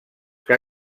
què